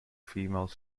female